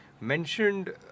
mentioned